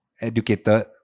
educated